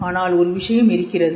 ஆனால் ஒரு விஷயம் இருக்கிறது